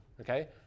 okay